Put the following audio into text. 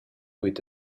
with